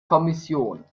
kommission